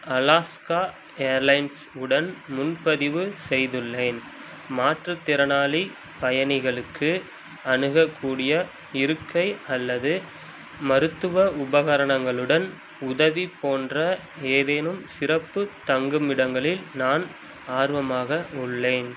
Alaska airlines உடன் முன்பதிவு செய்துள்ளேன் மாற்றுத்திறனாளி பயணிகளுக்கு அணுகக்கூடிய இருக்கை அல்லது மருத்துவ உபகரணங்களுடன் உதவி போன்ற ஏதேனும் சிறப்பு தங்குமிடங்களில் நான் ஆர்வமாக உள்ளேன்